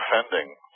offending